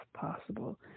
possible